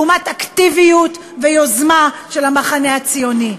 לעומת אקטיביות ויוזמה של המחנה הציוני.